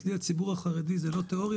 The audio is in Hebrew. אצלי הציבור החרדי זה לא תיאוריה,